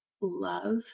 love